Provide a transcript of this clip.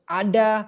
ada